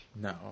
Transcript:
No